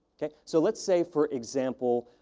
okay, so, let's say, for example,